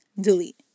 Delete